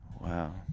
Wow